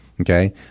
Okay